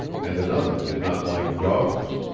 and another did not like dogs.